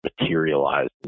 materialized